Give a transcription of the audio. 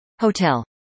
Hotel